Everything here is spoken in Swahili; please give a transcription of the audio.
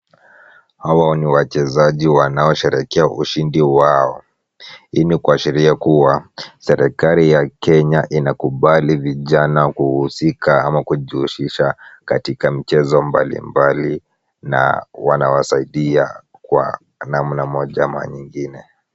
Hawa ni wachezaji wanaosherehekea ushindi wao. Hii ni kuashiria kuwa serikali ya Kenya inakubali vijana kuhusika ama kujihusisha katika michezo mbalimbali na wanawasaidia kwa namna moja ama nyingine.